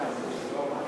בעד,